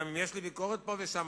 גם אם יש לי ביקורת עליו פה ושם,